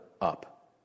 up